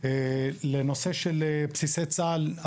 לנושא של בסיסי צה"ל,